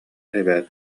эбээт